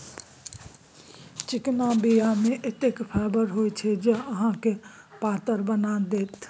चिकना बीया मे एतेक फाइबर होइत छै जे अहाँके पातर बना देत